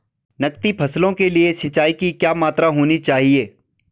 नकदी फसलों के लिए सिंचाई की क्या मात्रा होनी चाहिए?